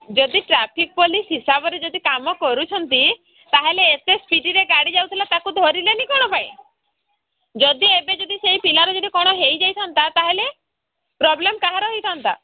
ଯଦି traffic police ହିସାବରେ ଯଦି କାମ କରୁଛନ୍ତି ତାହେଲେ ଏତେ ସ୍ପିଡରେ ଗାଡ଼ି ଯାଉଥିଲା ତାକୁ ଧରିଲେନି କ'ଣ ପାଇଁ ଯଦି ଏବେ ଯଦି ସେଇ ପିଲାର ଯଦି କ'ଣ ହୋଇଯାଇଥାନ୍ତା ତା'ହେଲେ ପ୍ରୋବ୍ଲେମ୍ କାହାର ହୋଇଥାନ୍ତା